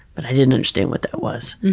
but i didn't understand what that was.